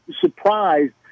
surprised